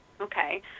okay